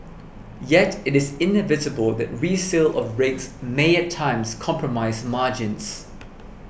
yet it is inevitable that resale of rigs may at times compromise margins